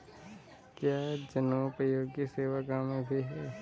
क्या जनोपयोगी सेवा गाँव में भी है?